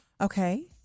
Okay